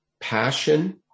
passion